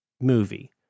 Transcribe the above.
movie